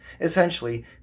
Essentially